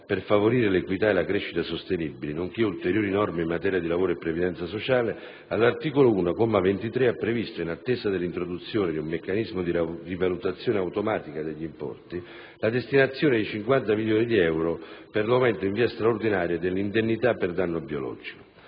per favorire l'equità e la crescita sostenibili, nonché ulteriori norme in materia di lavoro e previdenza sociale», all'articolo 1, comma 23, ha previsto, in attesa dell'introduzione di un meccanismo di rivalutazione automatica degli importi, la destinazione di 50 milioni di euro per l'aumento in via straordinaria dell'indennità per danno biologico.